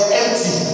empty